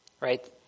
right